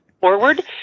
forward